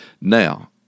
Now